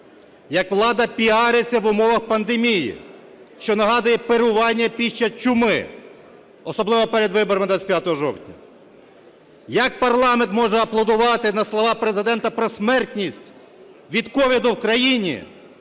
як влада піариться в умовах пандемії, що нагадує пирування під час чуми, особливо перед виборами 25 жовтня. Як парламент може аплодувати на слова Президента про смертність від COVID в країні?